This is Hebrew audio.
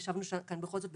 ישבנו כאן בכל זאת בשקט.